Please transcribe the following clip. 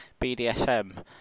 BDSM